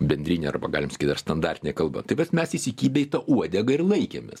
bendrine arba galim sakyt dar standartine kalba tai vat mes įsikibę į tą uodegą ir laikėmės